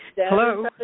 Hello